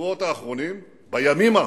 בימים האחרונים,